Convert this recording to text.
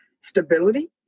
stability